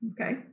Okay